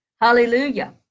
hallelujah